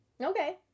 Okay